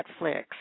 Netflix